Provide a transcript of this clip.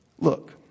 Look